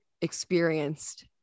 experienced